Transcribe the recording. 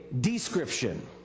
description